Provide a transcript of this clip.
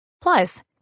Plus